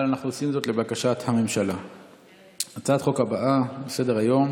כן תוצאות ההצבעה הן 11